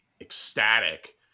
ecstatic